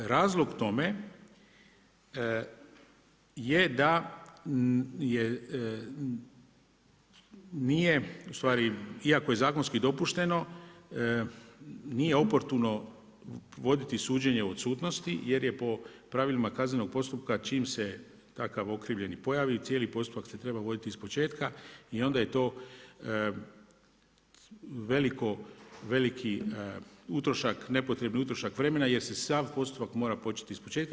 Razlog tome je da je, nije, ustvari iako je zakonski dopušteno nije oportuno voditi suđenje odsutnosti jer je po pravilima kaznenog postupka čim se takav okrivljeni pojavi i cijeli postupak se treba voditi iz početka i onda je to veliki utrošak, nepotrebni utrošak vremena jer se sav postupak mora početi ispočetka.